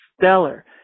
stellar